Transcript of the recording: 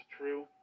true